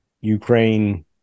ukraine